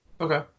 Okay